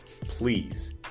Please